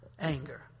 anger